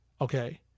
Okay